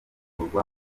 umurwa